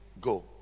Go